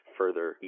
further